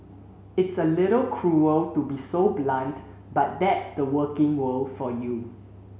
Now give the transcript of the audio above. it's a little cruel to be so blunt but that's the working world for you